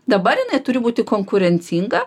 dabar jinai turi būti konkurencinga